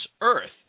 Earth